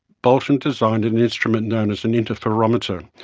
bolton designed an instrument known as an interferometer,